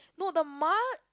no the ma